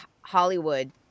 Hollywood